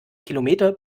kilometer